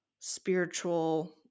spiritual